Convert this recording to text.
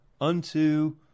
unto